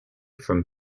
from